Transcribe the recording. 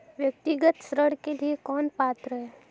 व्यक्तिगत ऋण के लिए कौन पात्र है?